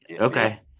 Okay